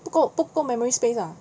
不够不够 memory space ah